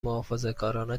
محافظهکارانه